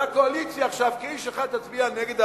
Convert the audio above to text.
והקואליציה עכשיו, כאיש אחד, תצביע נגד.